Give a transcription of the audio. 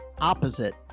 Opposite